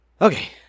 Okay